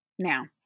Now